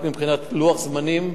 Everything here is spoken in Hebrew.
רק מבחינת לוח זמנים,